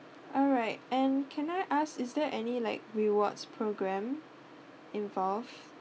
alright and can I ask is there any like rewards programme involved